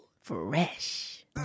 Fresh